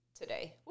Today